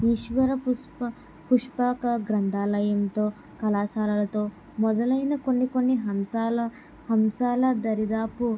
ఈశ్వర పుష్ప పుష్పక గ్రంధాలయంతో కళాశాలలతో మొదలైన కొన్ని కొన్ని హంశల అంశాల దరిదాపు